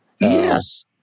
Yes